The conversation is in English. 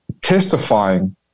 testifying